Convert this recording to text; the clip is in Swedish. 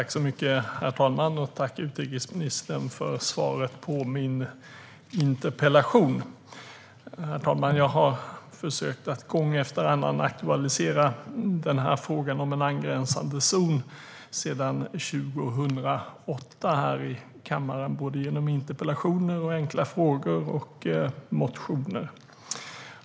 Herr talman! Tack så mycket, utrikesministern, för svaret på min interpellation! Jag har gång efter annan här i kammaren sedan 2008 försökt att aktualisera frågan om en angränsande zon såväl genom interpellationer och enkla frågor som motioner.